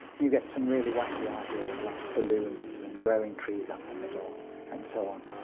you get some really wacky ideas like balloons and growing trees up the middle and so on,